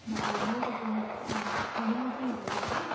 अब महत्त्वपूर्ण भनौँ न चिज हो होइन